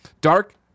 Dark